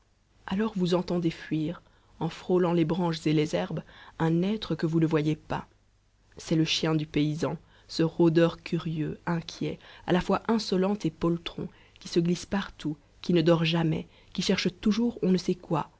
alors vous entendez fuir en frôlant les branches et les herbes un être que vous ne voyez pas c'est le chien du paysan ce rôdeur curieux inquiet à la fois insolent et poltron qui se glisse partout qui ne dort jamais qui cherche toujours on ne sait quoi